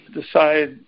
decide